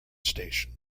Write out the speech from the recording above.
station